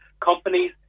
companies